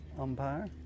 umpire